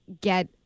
get